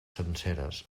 senceres